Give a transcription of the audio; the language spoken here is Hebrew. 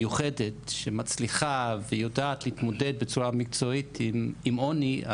שמצליחה ויודעת להתמודד בצורה מקצועית עם עוני,